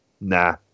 Nah